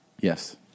Yes